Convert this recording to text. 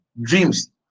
dreams